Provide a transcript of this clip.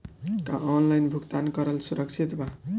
का ऑनलाइन भुगतान करल सुरक्षित बा?